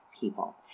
people